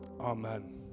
Amen